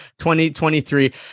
2023